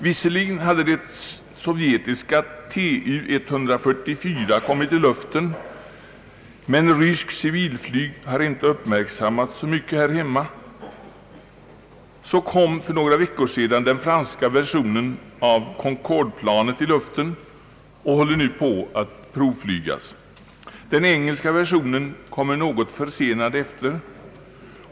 Visserligen hade det sovjetiska Tu-144 kommit i luften, men ryskt civilflyg har inte uppmärksammats så mycket här hemma. Så kom för några veckor sedan det franska Concorde-planet i luften och håller på att provflygas. En engelsk version kommer något senare.